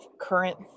current